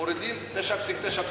מורידים ל-9.9%,